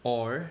or